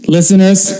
Listeners